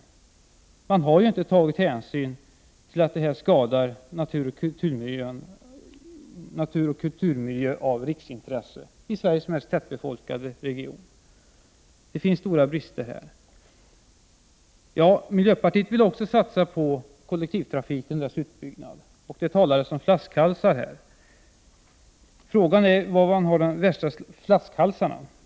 Hänsyn har inte tagits till att naturoch kulturmiljö av riksintresse skadas, i Sveriges mest tätbefolkade region. Det finns här stora brister. Miljöpartiet vill också satsa på kollektivtrafiken och dess utbyggnad. Det talades tidigare om flaskhalsar. Frågan är var de värsta flaskhalsarna finns.